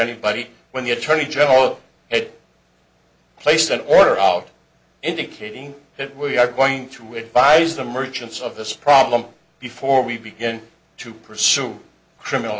anybody when the attorney general had placed an order out indicating that we are going to advise the merchants of this problem before we begin to pursue criminal